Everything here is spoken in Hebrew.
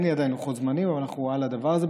אין לי עדיין לוחות זמנים אבל אנחנו על הדבר הזה.